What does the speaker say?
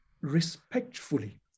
respectfully